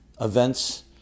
events